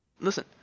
Listen